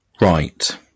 Right